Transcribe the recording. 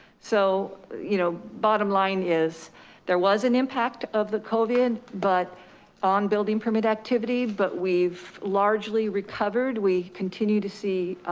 so, you know bottom line is there was an impact of the covid but on building permit activity, but we've largely recovered. we continue to see